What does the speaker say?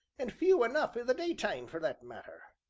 an' few enough in the daytime, for that matter.